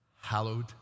hallowed